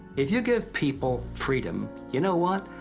if you give people freedom, you know what?